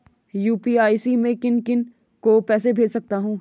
UPI से मैं किन किन को पैसे भेज सकता हूँ?